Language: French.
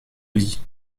lit